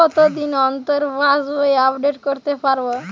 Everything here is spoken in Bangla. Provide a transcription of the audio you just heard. কতদিন অন্তর পাশবই আপডেট করতে পারব?